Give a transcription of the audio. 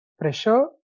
pressure